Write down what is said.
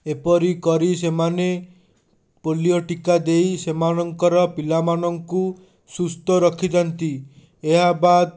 ଏପରି କରି ସେମାନେ ପୋଲିଓ ଟୀକା ଦେଇ ସେମାନଙ୍କର ପିଲାମାନଙ୍କୁ ସୁସ୍ଥ ରଖିଥାନ୍ତି ଏହା ବାଦ୍